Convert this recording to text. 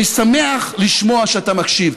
אני שמח לשמוע שאתה מקשיב,